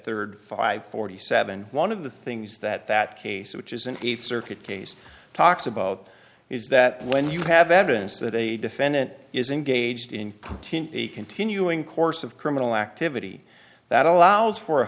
third five forty seven one of the things that that case which is an eighth circuit case talks about is that when you have evidence that a defendant is engaged in continue a continuing course of criminal activity that allows for a